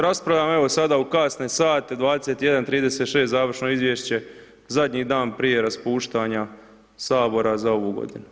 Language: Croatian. Raspravljamo evo sada u kasne sate 21,36h završno izvješće zadnji dan prije raspuštanja Sabora za ovu godinu.